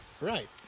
Right